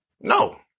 No